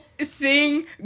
Sing